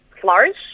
flourish